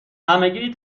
همگی